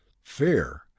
fear